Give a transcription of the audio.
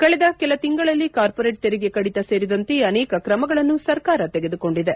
ಕಳೆದ ಕೆಲ ತಿಂಗಳಲ್ಲಿ ಕಾರ್ಮೋರೇಟ್ ತೆರಿಗೆ ಕಡಿತ ಸೇರಿದಂತೆ ಅನೇಕ ತ್ರಮಗಳನ್ನು ಸರ್ಕಾರ ತೆಗೆದುಕೊಂಡಿದೆ